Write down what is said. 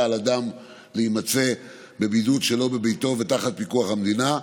על אדם להימצא בבידוד שלא בביתו ותחת פיקוח המדינה,